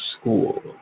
school